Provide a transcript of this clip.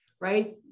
right